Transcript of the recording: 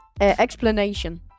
explanation